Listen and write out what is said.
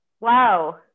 Wow